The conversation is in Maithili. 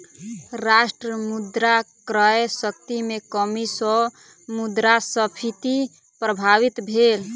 राष्ट्र मुद्रा क्रय शक्ति में कमी सॅ मुद्रास्फीति प्रभावित भेल